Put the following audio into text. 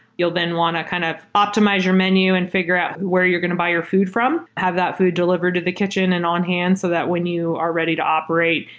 you will then want to kind of optimize your menu and fi gure out where you're going to buy your food from. have that food delivered to the kitchen and on-hand so that when you are ready to operate,